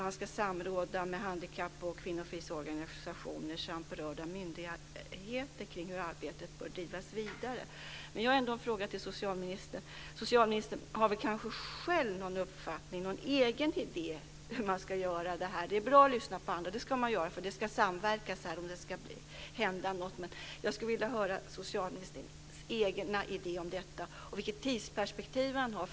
Han ska samråda med handikapp och kvinnofridsorganisationer samt berörda myndigheter omkring hur arbetet bör drivas vidare. Men jag har ändå en fråga till socialministern. Socialministern har väl kanske själv någon uppfattning, någon egen idé om hur man ska göra det här? Det är bra att lyssna på andra. Det ska man göra. Det ska till en samverkan om det ska hända något. Men jag skulle vilja höra socialministerns egna idéer om detta och vilket tidsperspektiv han har.